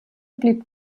blieb